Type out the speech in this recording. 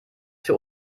für